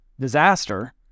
disaster